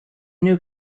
new